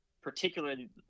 Particularly